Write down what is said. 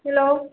hello